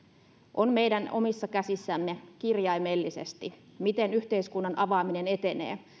on meidän omissa käsissämme kirjaimellisesti miten yhteiskunnan avaaminen etenee